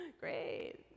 great